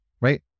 Right